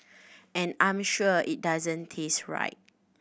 and I'm sure it doesn't taste right